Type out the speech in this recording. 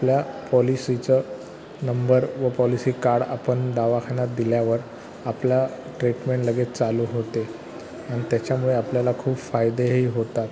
आपल्या पॉलिसीचं नंबर व पॉलिसी कार्ड आपण दवाखान्यात दिल्यावर आपला ट्रीटमेंट लगेच चालू होते आणि त्याच्यामुळे आपल्याला खूप फायदेही होतात